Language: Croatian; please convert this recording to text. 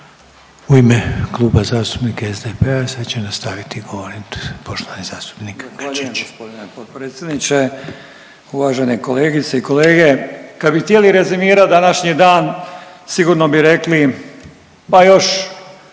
U ime Kluba zastupnika SDP-a sad će nastavit govorit poštovani zastupnik Grčić. **Grčić, Branko (SDP)** Zahvaljujem g. potpredsjedniče, uvažene kolegice i kolege. Kad bi htjeli rezimirat današnji dan sigurno bi rekli, pa još